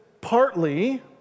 partly